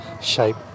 shape